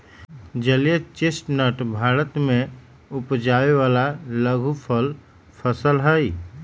जलीय चेस्टनट भारत में उपजावे वाला लघुफल फसल हई